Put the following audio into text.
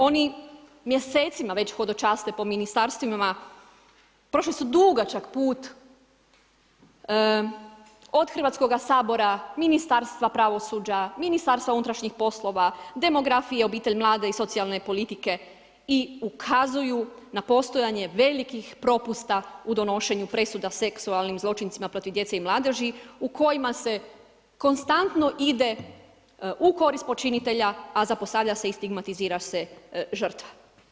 Oni mjesecima već hodočašće po ministarstvima, prošli su dugačak put, od Hrvatskog sabora, Ministarstva pravosuđa, Ministarstva unutrašnjih poslova, demografije, obitelj, mladi i socijalne politike i ukazuju na postojanje velikih propusta u donošenju presuda seksualnim zločincima protiv djece i mladeži u kojima se konstantno ide u korist počinitelja, a zapostavlja se i stigmatizira se žrtva.